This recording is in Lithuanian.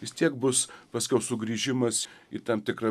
vis tiek bus paskiau sugrįžimas į tam tikrą